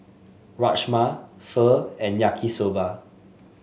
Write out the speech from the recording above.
Rajma Pho and Yaki Soba